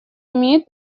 имеет